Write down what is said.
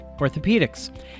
orthopedics